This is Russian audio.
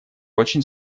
очень